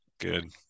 Good